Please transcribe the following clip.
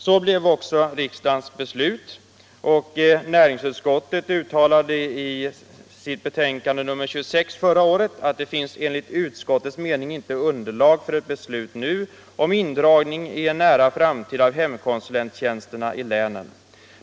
Så blev också riksdagens beslut och näringsutskottet uttalade i sitt betänkande nr 26 förra året: ”Det finns enligt utskottets mening inte underlag för ett beslut nu om indragning i en nära framtid av hemkonsulenttjänsterna i länen.